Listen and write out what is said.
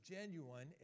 genuine